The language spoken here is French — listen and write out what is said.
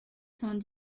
cent